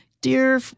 Dear